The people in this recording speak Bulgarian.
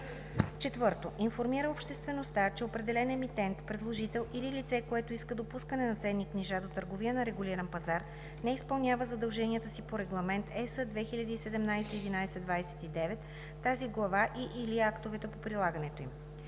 4. информира обществеността, че определен емитент, предложител или лице, което иска допускане на ценни книжа до търговия на регулиран пазар, не изпълнява задълженията си по Регламент (EС) 2017/1129, тази глава и/или актовете по прилагането им;